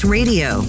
Radio